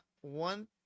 One